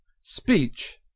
Speech